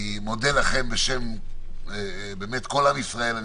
אני מודה לכם בשם כל עם ישראל.